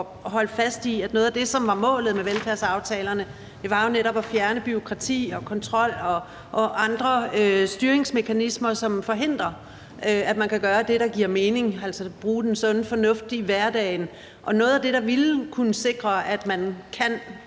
holde fast i, at noget af det, som var målet med velfærdsaftalerne, jo netop var at fjerne bureaukrati og kontrol og andre styringsmekanismer, som forhindrer, at man kan gøre det, der giver mening, altså at bruge den sunde fornuft i hverdagen. Og noget af det, der vil kunne sikre, at man kan